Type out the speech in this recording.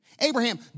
Abraham